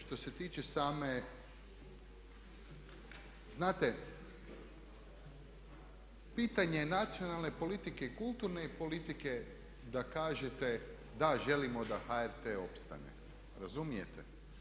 Što se tiče, znate pitanje je nacionalne politike i kulturne politike da kažete da želimo da HRT opstane, razumijete?